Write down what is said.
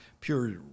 pure